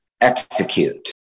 execute